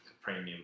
premium